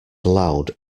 loud